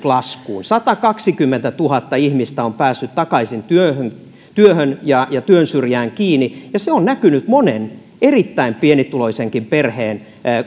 laskuun satakaksikymmentätuhatta ihmistä on päässyt takaisin työhön työhön ja ja työn syrjään kiinni ja se on näkynyt monen erittäin pienituloisenkin perheen